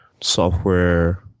software